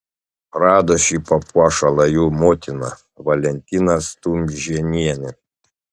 rado šį papuošalą jų motina valentina stunžėnienė